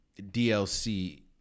DLC